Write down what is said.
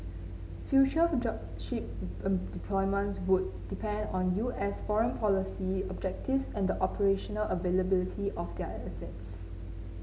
future of job ship deployments would depend on U S foreign policy objectives and the operational availability of our assets